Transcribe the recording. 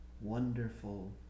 wonderful